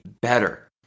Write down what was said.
better